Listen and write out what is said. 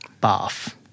Bath